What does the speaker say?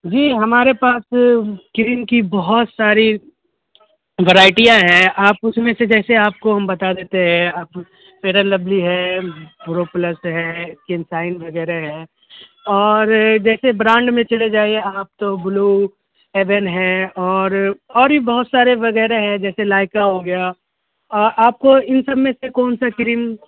جی ہمارے پاس کریم کی بہت ساری ورائٹیاں ہیں آپ اس میں سے جیسے آپ کو ہم بتا دیتے ہیں آپ فیئر اینڈ لولی ہے بورو پلس ہے کنسائن وغیرہ ہے اور جیسے برانڈ میں چلے جائیے آپ تو بلو ہیون ہے اور اور بھی بہت سارے وغیرہ ہیں جیسے لائکا ہو گیا اور آپ کو ان سب میں سے کون سا کریم